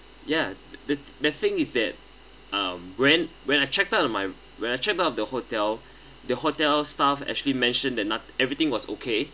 ya the the thing is that um when when I checked out of my when I checked out of the hotel the hotel staff actually mentioned that not~ everything was okay